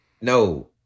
no